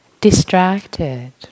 Distracted